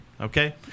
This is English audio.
Okay